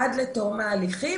עד לתום ההליכים,